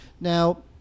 Now